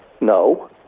No